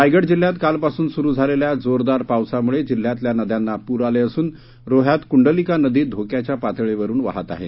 रायगड जिल्ह्यात कालपासून सुरू झालेल्या जोरदार पावसामुळे जिल्हयातल्या नद्यांना पूर आले असून रोह्यात कुंडलिका नदी धोक्याच्या पातळीवरून वाहत आहे